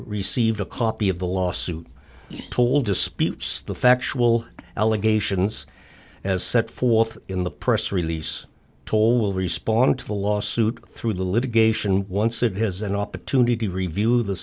receive a copy of the lawsuit told disputes the factual allegations as set forth in the press release toll will respond to the lawsuit through the litigation once it has an opportunity to review the